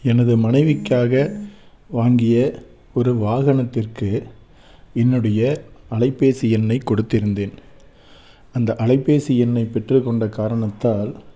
எனது மனைவிக்காக வாங்கிய ஒரு வாகனத்திற்கு என்னுடைய அலைபேசி எண்ணை கொடுத்திருந்தேன் அந்த அலைபேசி எண்ணை பெற்றுக்கொண்ட காரணத்தால்